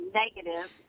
negative